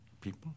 people